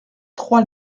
trois